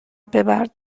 ببر